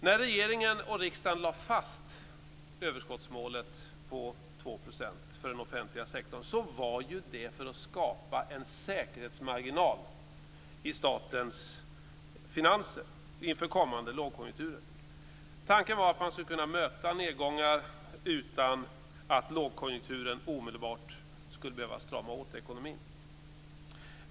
När regeringen och riksdagen lade fast överskottsmålet på 2 % för den offentliga sektorn var det för att skapa en säkerhetsmarginal i statens finanser inför kommande lågkonjunkturer. Tanken var att man skulle kunna möta nedgångar utan att lågkonjunkturen omedelbart skulle behöva strama åt ekonomin.